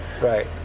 right